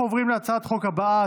אנחנו עוברים להצעת החוק הבאה,